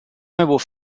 noble